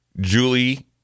Julie